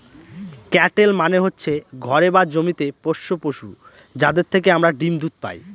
cattle মানে হচ্ছে ঘরে বা জমিতে পোষ্য পশু, যাদের থেকে আমরা ডিম দুধ পায়